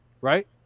right